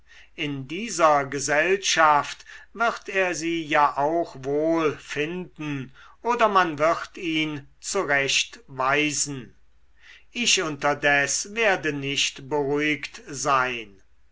in dieser gesellschaft wird er sie ja auch wohl finden oder man wird ihn zurecht weisen ich unterdes werde nicht beruhigt sein